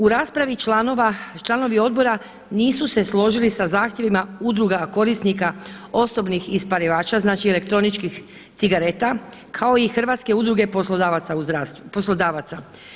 U raspravi članovi odbora nisu se složili sa zahtjevima udruga korisnika osobnih ispalivača, znači elektroničkih cigareta kao i Hrvatske udruge poslodavaca.